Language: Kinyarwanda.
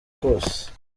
kose